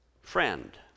Friend